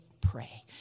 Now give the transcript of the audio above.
pray